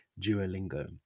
duolingo